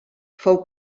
fou